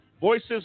Voices